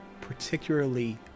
particularly